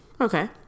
okay